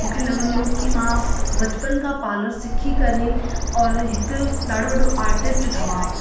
मूंखे लॻंदो हुओ की मां बचपन खां पार्लर सिखी करे और हिकु ॾाढो वॾो आटिस्ट ठहियां